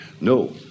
No